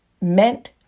meant